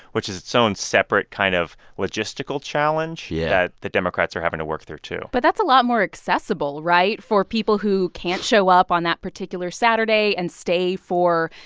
which is its own separate kind of logistical challenge. yeah. that the democrats are having to work there, too but that's a lot more accessible right? for people who can't show up on that particular saturday and stay for,